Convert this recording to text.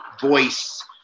voice